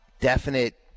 definite